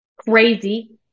Crazy